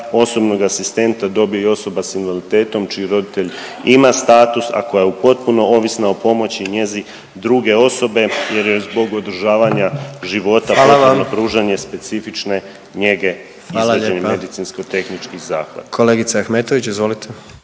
osobnog asistenta dobije i osoba s invaliditetom čiji roditelj ima status, a koja je potpuno ovisna o pomoći i njezi druge osobe jer joj je zbog održavanja života…/Upadica predsjednik: Hvala